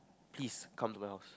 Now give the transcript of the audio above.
please come to my house